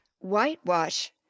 Whitewash